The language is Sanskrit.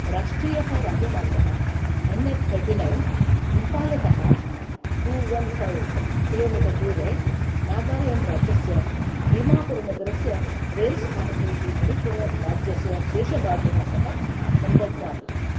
राष्ट्रियः राजमार्गः एन् एच् थर्टी नैन् इम्फालतः टु वन् फ़ैव् किलोमीटर् दूरे नागालेण्ड् राज्यस्य दीमापुरनगरस्य रेल्स्थानकैः मणिपुरराज्यस्य शेषभागेन सह सम्बध्नाति